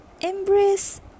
Embrace